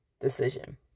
decision